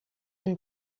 and